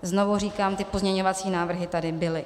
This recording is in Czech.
Znovu říkám, ty pozměňovací návrhy tady byly.